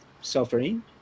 suffering